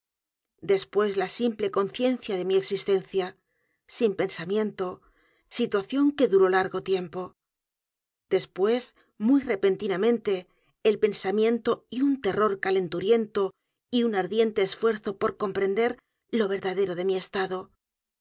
después la simple conciencia de mi existencia sin pensamiento situación que duró largo tiempo después muy repentinamente el pensamiento y un terror calenturiento y un ardiente esfuerzo por comprender lo verdadero de mi estado